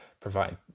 Provide